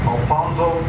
Alfonso